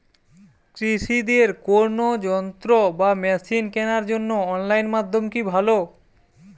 কৃষিদের কোন যন্ত্র বা মেশিন কেনার জন্য অনলাইন মাধ্যম কি ভালো?